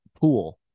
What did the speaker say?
pool